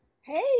Hey